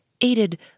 aided